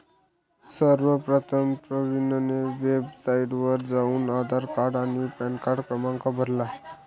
सर्वप्रथम प्रवीणने वेबसाइटवर जाऊन आधार कार्ड आणि पॅनकार्ड क्रमांक भरला